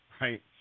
right